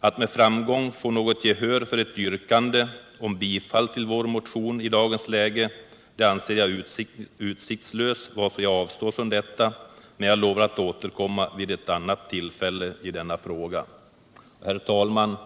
Att i dagens läge få något gehör för ett yrkande om bifall till vår motion anser jag utsiktslöst, varför jag avstår från detta. Men jag lovar att återkomma i denna fråga vid ett annat tillfälle. Herr talman!